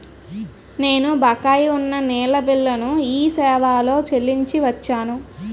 నేను బకాయి ఉన్న నీళ్ళ బిల్లును ఈ సేవాలో చెల్లించి వచ్చాను